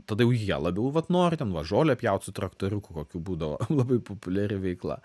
tada jau jie labiau vat nori ten vat žolę pjaut traktoriuku kokiu būdavo labai populiari veikla